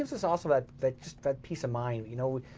us us also but that, just that piece of mind, you know.